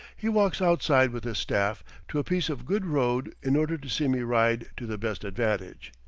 he walks outside with his staff to a piece of good road in order to see me ride to the best advantage.